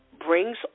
brings